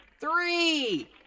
three